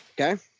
Okay